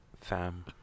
Fam